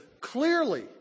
clearly